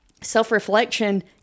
self-reflection